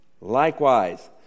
Likewise